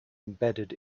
embedded